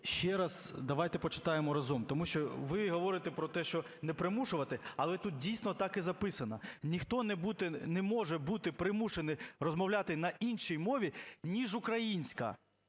ще раз давайте почитаємо разом, тому що ви говорите про те, що не примушувати, але тут дійсно так і записано: "Ніхто не може бути примушений розмовляти на іншій мові ніж українська".